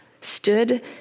stood